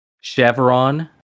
Chevron